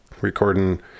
recording